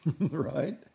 right